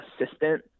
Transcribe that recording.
assistant